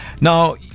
Now